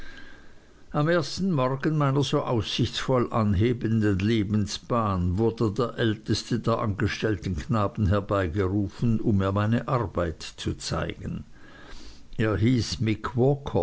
am ersten morgen meiner so aussichtsvoll anhebenden lebensbahn wurde der älteste der angestellten knaben herbeigerufen um mir meine arbeit zu zeigen er hieß